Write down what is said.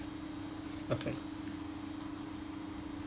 okay